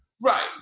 Right